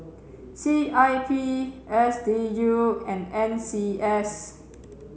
C I P S D U and N C S